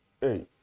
Hey